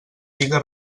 siga